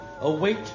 await